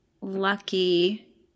lucky